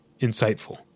insightful